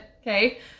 Okay